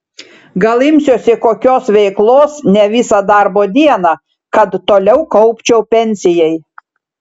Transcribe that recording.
gal imsiuosi kokios veiklos ne visą darbo dieną kad toliau kaupčiau pensijai